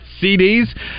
CDs